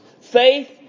Faith